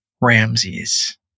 Ramses